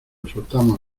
soltamos